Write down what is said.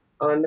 on